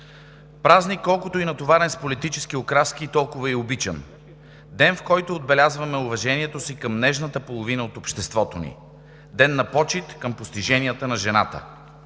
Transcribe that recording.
Празник, колкото и натоварен с политически окраски, толкова и обичан, ден, в който отбелязваме уважението си към нежната половина от обществото ни, ден на почит към постиженията на жената